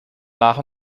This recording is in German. nach